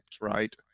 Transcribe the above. right